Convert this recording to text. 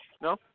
No